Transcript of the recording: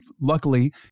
luckily